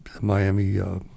Miami